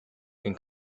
can